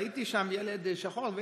ראיתי שם ילד שחור,